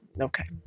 Okay